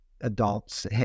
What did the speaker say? adults